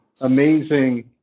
amazing